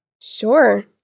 Sure